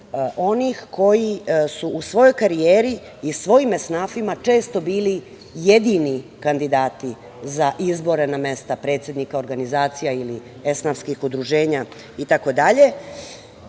onih koji su u svojoj karijeri i svojim esnafima često bili jedini kandidati za izbore na mesta predsednika organizacija ili esnafskih udruženja, itd. Ja